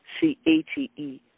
C-A-T-E